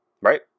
right